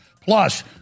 plus